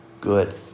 good